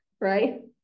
Right